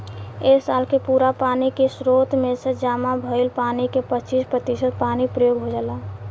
एक साल के पूरा पानी के स्रोत में से जामा भईल पानी के पच्चीस प्रतिशत पानी प्रयोग हो जाला